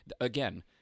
again